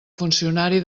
funcionari